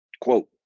Quote